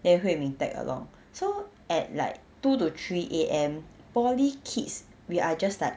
then hui min tag along so at like two to three A_M poly kids we are just like